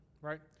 right